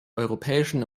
europäischen